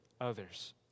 others